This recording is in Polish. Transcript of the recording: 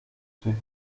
swych